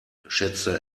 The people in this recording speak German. schätzte